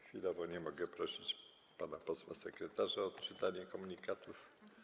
Chwilowo nie mogę prosić pana posła sekretarza o odczytanie komunikatów.